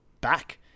back